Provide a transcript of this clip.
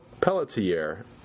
Pelletier